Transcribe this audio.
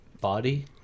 body